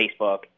Facebook